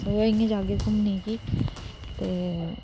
सोहे इयां जाह्गे घूमने गी ते